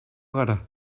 gara